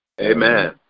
Amen